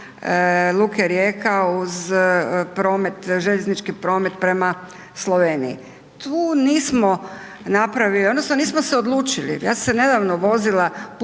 Luke Rijeka uz željeznički promet prema Sloveniji. Tu nismo napravili odnosno nismo se odlučili, ja sam se nedavno vozila